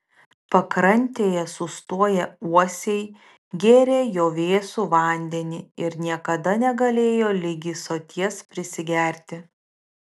pakrantėje sustoję uosiai gėrė jo vėsų vandenį ir niekada negalėjo ligi soties prisigerti